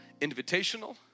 invitational